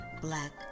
Black